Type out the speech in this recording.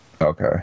Okay